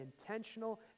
intentional